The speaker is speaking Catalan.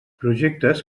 projectes